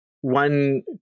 one